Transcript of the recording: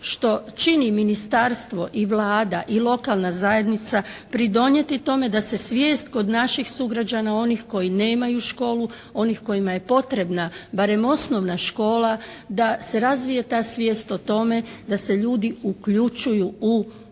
što čini ministarstvo i Vlada i lokalna zajednica pridonijeti tome da se svijest kod naših sugrađana onih koji nemaju školu, onih kojima je potrebna barem osnovna škola, da se razvije ta svijest o tome da se ljudi uključuju u upravo